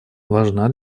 важна